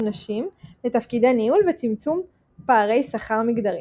נשים לתפקידי ניהול ולצמצום פערי שכר מגדריים.